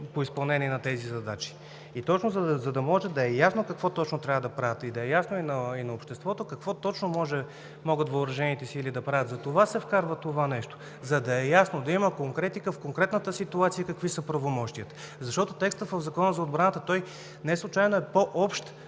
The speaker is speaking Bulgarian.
по изпълнението на тези задачи и точно, за да може да е ясно какво трябва да правят и да е ясно и на обществото какво точно могат въоръжените сили да правят. Затова се вкарва това нещо, за да е ясно, да има конкретика в конкретната ситуация какви са правомощията. Текстът в Закона за отбраната и въоръжените сили неслучайно е по-общ,